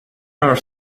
are